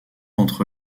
entre